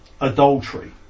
adultery